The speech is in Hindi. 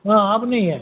हाँ अब नहीं है